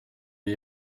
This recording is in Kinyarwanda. iyi